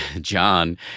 John